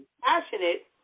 passionate